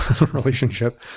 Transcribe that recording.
relationship